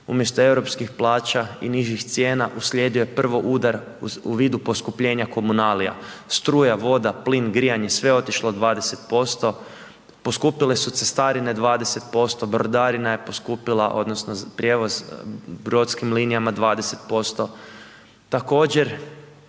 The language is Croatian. umjesto europskih plaća i nižih cijena, uslijedio je prvo udar u vidu poskupljenja komunalija, struja, voda, plin, grijanje, sve je otišlo 20%, poskupile su cestarine 20%, brodarina je poskupila odnosno prijevoz brodskim linijama 20%,